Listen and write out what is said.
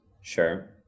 Sure